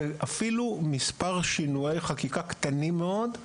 ואפילו מספר שינויי חקיקה קטנים מאוד,